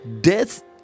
death